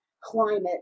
climate